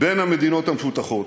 בין המדינות המפותחות.